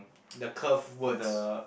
the curve words